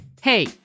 Hey